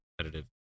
competitive